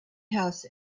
house